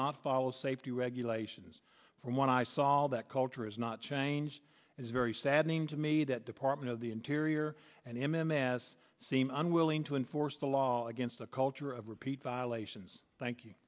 not follow safety regulations from what i saw that culture is not change is very saddening to me that department of the interior and m m s so unwilling to enforce the law against a culture of repeat violations thank you